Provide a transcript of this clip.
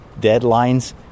deadlines